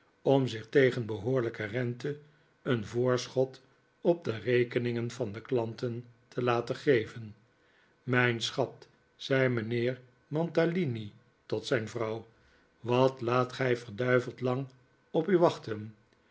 om zich tegen behoorlijke rente een voorschot op de rekeningen van de klanten te laten geven mijn schat zei mijnheer mantalini tot zijn vrouw wat laat gij verduiveld lang op u wachten